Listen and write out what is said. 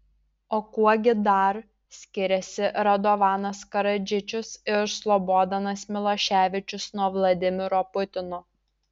o kuo gi dar skiriasi radovanas karadžičius ir slobodanas miloševičius nuo vladimiro putino